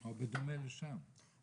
או בדומה לשם.